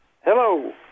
Hello